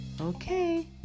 okay